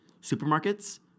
supermarkets